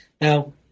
Now